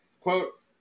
Quote